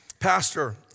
Pastor